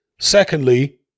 Secondly